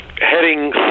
heading